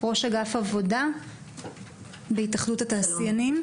ראש אגף עבודה בהתאחדות התעשיינים,